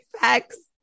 facts